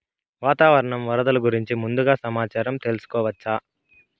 వాతావరణం వరదలు గురించి ముందుగా సమాచారం తెలుసుకోవచ్చా?